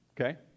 okay